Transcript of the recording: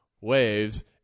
waves